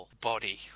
body